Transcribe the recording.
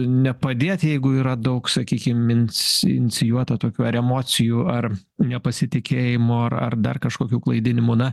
nepadėti jeigu yra daug sakykim ins inicijuoto tokių ar emocijų ar nepasitikėjimo ar ar dar kažkokių klaidinimų na